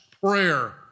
prayer